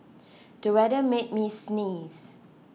the weather made me sneeze